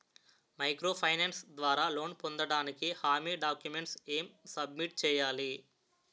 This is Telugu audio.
మైక్రో ఫైనాన్స్ ద్వారా లోన్ పొందటానికి హామీ డాక్యుమెంట్స్ ఎం సబ్మిట్ చేయాలి?